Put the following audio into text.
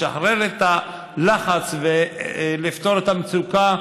לשחרר את הלחץ ולפתור את המצוקה,